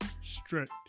strict